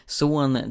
son